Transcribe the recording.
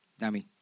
Dami